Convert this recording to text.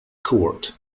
court